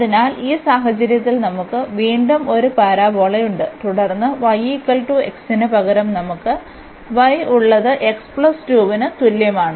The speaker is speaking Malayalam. അതിനാൽ ഈ സാഹചര്യത്തിൽ നമുക്ക് വീണ്ടും ഒരു പരാബോളയുണ്ട് തുടർന്ന് yx ന് പകരം നമുക്ക് y ഉള്ളത് ന് തുല്യമാണ്